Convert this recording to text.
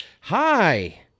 hi